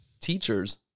teachers